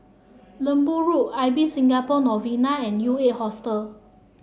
Lembu Road Ibis Singapore Novena and U Eight Hostel